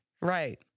Right